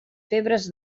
febres